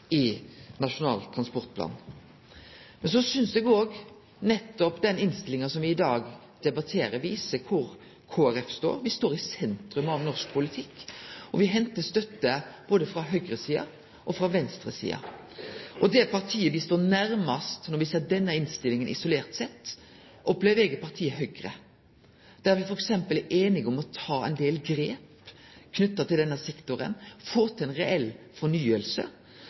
i Nasjonal transportplan. Men så synest eg òg at nettopp den innstillinga som vi i dag debatterer, viser kor Kristeleg Folkeparti står. Me står i sentrum av norsk politikk, og me hentar støtte både frå høgresida og frå venstrepartia. Det partiet som me står nærast når me ser denne innstillinga isolert sett, opplever eg er partiet Høgre, der me t.d. er einige om å ta ein del grep knytte til denne sektoren, få til ei reell